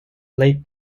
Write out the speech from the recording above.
lake